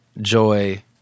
joy